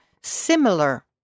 similar